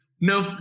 no